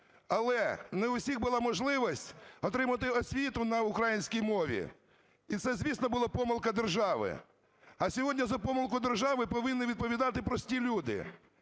Але не в усіх була можливість отримати освіту на українській мові, і це, звісно, була помилка держави, а сьогодні за помилку держави повинні відповідати прості люди.